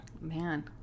Man